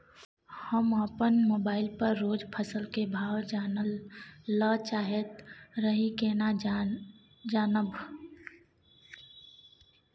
हम अपन mobile phone पर रोज फसल के भाव जानय ल चाहैत रही केना जानब?